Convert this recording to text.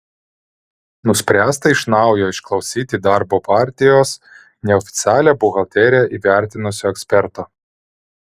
nuspręsta iš naujo išklausyti darbo partijos neoficialią buhalteriją įvertinusio eksperto